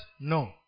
No